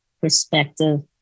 perspective